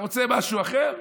אתה רוצה משהו אחר?